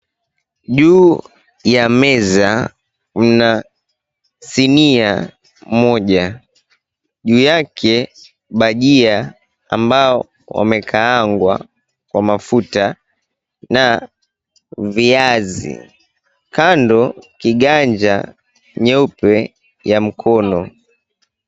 Juu ya meza mna sinia moja. Juu yake bajia ambao wamekaangwa kwa mafuta na viazi. Kando kiganja nyeupe ya mkono.